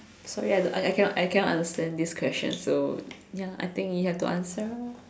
sorry I don't I cannot I cannot understand this question so ya I think you have to answer